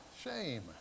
shame